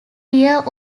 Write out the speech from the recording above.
here